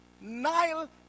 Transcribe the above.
Nile